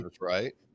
right